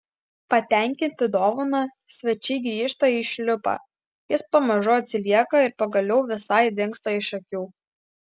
patenkinti dovana svečiai grįžta į šliupą jis pamažu atsilieka ir pagaliau visai dingsta iš akių